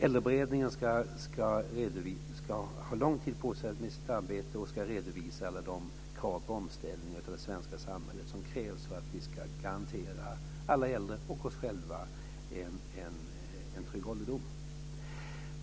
Äldreberedningen har lång tid på sig med sitt arbete och ska redovisa de krav på omställning av det svenska samhället som krävs för att vi ska garantera alla äldre och oss själva en trygg ålderdom.